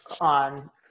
on